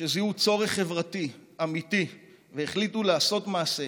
שזיהו צורך חברתי אמיתי והחליטו לעשות מעשה